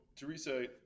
Teresa